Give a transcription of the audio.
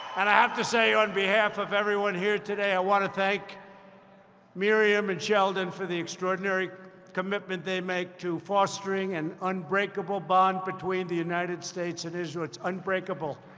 and i have to say, on behalf of everyone here today, i want to thank miriam and sheldon for the extraordinary commitment they make to fostering an and unbreakable bond between the united states and israel. it's unbreakable.